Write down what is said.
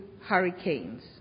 hurricanes